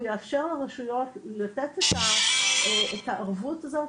הוא יאפשר לרשויות לתת את הערבות הזו,